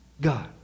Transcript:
God